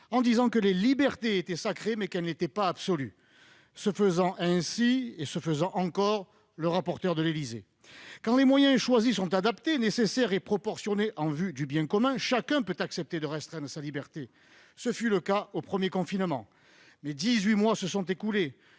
en affirmant que les libertés étaient sacrées, mais qu'elles n'étaient pas absolues, se faisant ainsi et se faisant encore le rapporteur de l'Élysée. Quand les moyens choisis sont adaptés, nécessaires et proportionnés en vue du bien commun, chacun peut accepter de restreindre sa liberté. Ce fut le cas lors du premier confinement. Mais dix-huit mois se sont écoulés,